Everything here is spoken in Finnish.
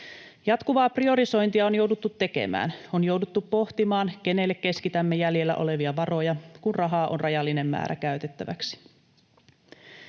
Jatkuvaa priorisointia on jouduttu tekemään. On jouduttu pohtimaan, kenelle keskitämme jäljellä olevia varoja, kun rahaa on rajallinen määrä käytettäväksi.